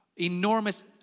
enormous